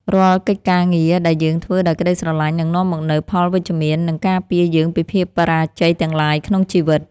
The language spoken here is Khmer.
រាល់កិច្ចការងារដែលយើងធ្វើដោយក្ដីស្រឡាញ់នឹងនាំមកនូវផលវិជ្ជមាន និង ការពារយើងពីភាពបរាជ័យទាំងឡាយក្នុងជីវិត។